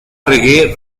reggae